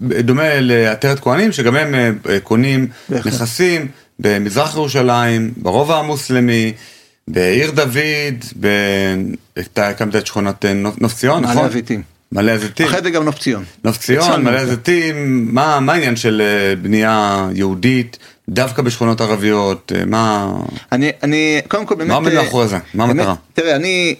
דומה לעטרת כהנים שגם הם קונים נכסים במזרח ירושלים, ברובע המוסלמי, בעיר דוד, אתה הקמת את שכונות נוף ציון נכון? מעלה הזיתים. אחרי זה גם נוף ציון. נוף ציון, מעלה הזיתים, מה העניין של בנייה יהודית דווקא בשכונות ערביות? אני...אני... מה עומד מאחורי זה? מה המטרה?